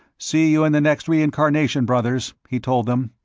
see you in the next reincarnation, brothers, he told them,